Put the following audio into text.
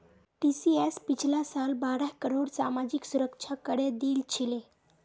TCS पिछला साल बारह करोड़ सामाजिक सुरक्षा करे दिल छिले